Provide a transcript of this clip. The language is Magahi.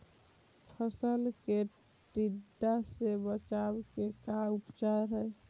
फ़सल के टिड्डा से बचाव के का उपचार है?